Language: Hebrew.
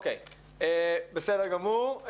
בסדר גמור.